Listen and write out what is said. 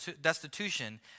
destitution